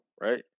right